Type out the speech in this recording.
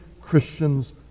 Christians